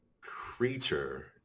creature